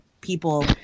people